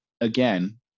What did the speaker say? again